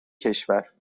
کشور